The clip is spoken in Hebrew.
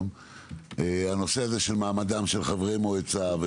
הנושא של מעמדם של חברי מועצה,